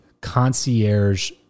concierge